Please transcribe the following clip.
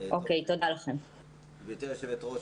גברתי היושבת-ראש.